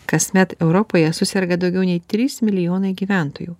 kasmet europoje suserga daugiau nei trys milijonai gyventojų